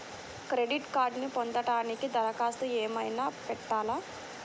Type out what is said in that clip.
Credit కార్డ్ను పొందటానికి దరఖాస్తు ఏమయినా పెట్టాలా?